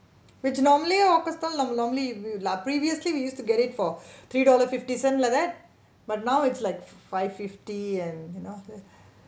which normally hawker stall normal normally will ah previously we used to get it for three dollar fifty cent like that but now it's like five fifty and you know